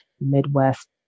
midwest